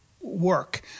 work